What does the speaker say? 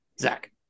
Zach